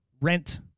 Rent